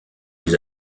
les